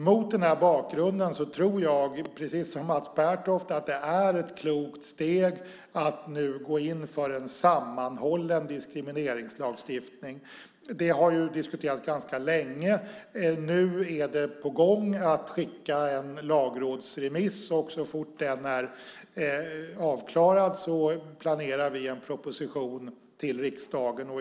Mot den bakgrunden tror jag, precis som Mats Pertoft, att det är ett klokt steg att nu gå in för en sammanhållen diskrimineringslagstiftning. Det har diskuterats ganska länge. Det är på gång att skicka en lagrådsremiss. Så fort den är avklarad planerar vi en proposition till riksdagen.